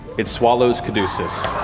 it swallows caduceus.